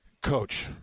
coach